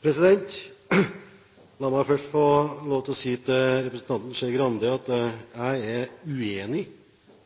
Skei Grande at jeg er uenig